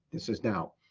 this is now.